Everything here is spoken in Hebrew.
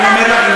אני אומר לך,